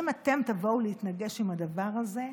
אם אתם תבואו להתנגש עם הדבר הזה,